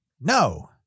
No